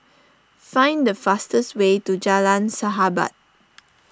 find the fastest way to Jalan Sahabat